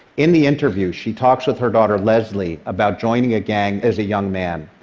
in the interview, she talks with her daughter lesley about joining a gang as a young man,